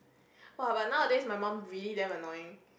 !woah! but nowadays my mum really damn annoying